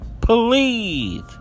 Please